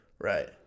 Right